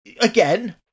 again